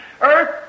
earth